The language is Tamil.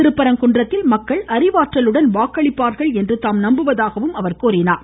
திருப்பரங்குன்றத்தில் மக்கள் அறிவாற்றலுடன் வாக்களிப்பார்கள் என்று தாம் நம்புவதாக கூறினார்